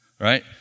Right